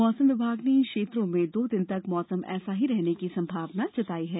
मौसम विभाग ने इन क्षेत्रो में दो दिन तक मौसम ऐसा ही बने रहने की संभावना जताई है